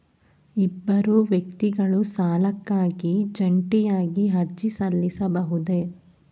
ಇಬ್ಬರು ವ್ಯಕ್ತಿಗಳು ಸಾಲಕ್ಕಾಗಿ ಜಂಟಿಯಾಗಿ ಅರ್ಜಿ ಸಲ್ಲಿಸಬಹುದೇ?